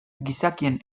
gizakien